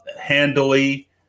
Handily